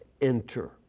enter